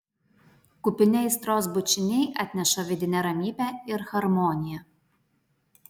kupini aistros bučiniai atneša vidinę ramybę ir harmoniją